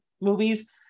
movies